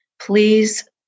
please